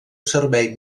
servei